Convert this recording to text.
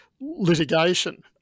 Litigation